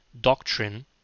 doctrine